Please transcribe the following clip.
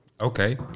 okay